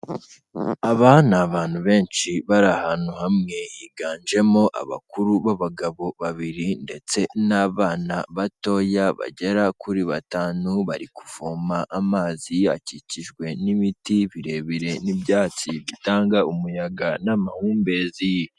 Aba ni abantu benshi bari ahantu hamwe, higanjemo abakuru b'abagabo babiri ndetse n'abana batoya bagera kuri batanu, bari kuvoma amazi, akikijwe n'imiti birebire n'ibyatsi bitanga umuyaga n'amahumbezi.